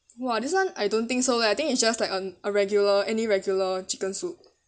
!wah! this one I don't think so leh I think it's just like an a regular any regular chicken soup